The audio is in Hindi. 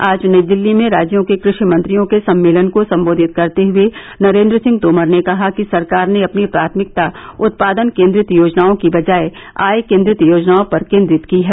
आज नई दिल्ली में राज्यों के कृषि मंत्रियों के सम्मेलन को संबोधित करते हुए नरेन्द्र सिंह तोमर ने कहा कि सरकार ने अपनी प्राथमिकता उत्पादन केन्द्रित योजनाओं के बजाय आय केन्द्रित योजनाओं पर केन्द्रित की है